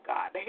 God